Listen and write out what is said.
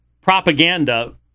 propaganda